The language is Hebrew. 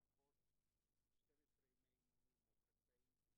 אנחנו חוזרים לשאלת המינימום והמקסימום.